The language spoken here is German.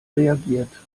reagiert